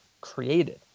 created